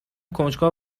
کنجکاو